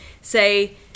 say